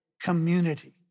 community